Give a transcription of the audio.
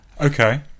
Okay